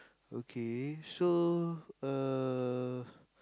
okay so uh